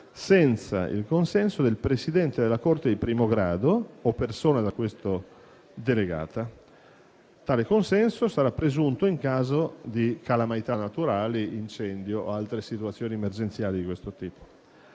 senza il consenso del Presidente della Corte di primo grado o persona da questo delegata. Tale consenso sarà presunto in caso di calamità naturali, incendio o altre situazioni emergenziali di questo tipo.